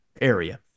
area